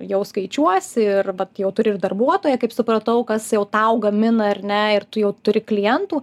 jau skaičiuosi ir vat jau turi ir darbuotoją kaip supratau kas jau tau gamina ar ne ir tu jau turi klientų